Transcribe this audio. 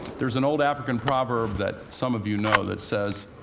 there's an old african proverb that some of you know that says,